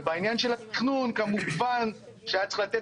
ובעניין של התכנון כמובן שהיה צריך לתת